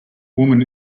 woman